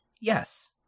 Yes